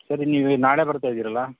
ಸರಿ ನೀವು ನಾಳೆ ಬರ್ತಾ ಇದ್ದೀರಲ್ಲ